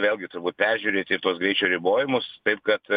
vėlgi turbūt peržiūrėt ir tuos greičio ribojimus taip kad